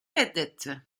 reddetti